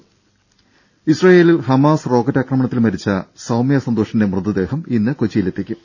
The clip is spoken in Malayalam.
ത ഇസ്രയേലിൽ ഹമാസ് റോക്കറ്റ് ആക്രമണത്തിൽ മരിച്ച സൌമ്യ സന്തോഷിന്റെ മൃതദേഹം ഇന്ന് കൊച്ചിയിൽ എത്തിക്കും